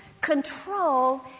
control